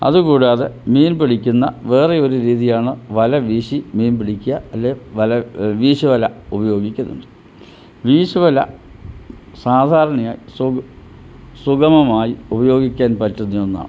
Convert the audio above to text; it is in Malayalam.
അത് കൂടാതെ മീൻ പിടിക്കുന്ന വേറെ ഒരു രീതിയാണ് വല വീശി മീൻ പിടിക്കുക അല്ലെങ്കിൽ വല വീശു വല ഉപയോഗിക്കുന്നുണ്ട് വീശു വല സാധാരണയായി സുഗമമായി ഉപയോഗിക്കാൻ പറ്റുന്ന ഒന്നാണ്